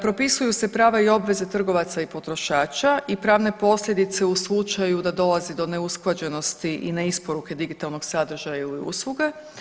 Propisuju se prava i obveze trgovaca i potrošača i pravne posljedice u slučaju da dolazi do neusklađenosti i ne isporuke digitalnog sadržaja ili usluge.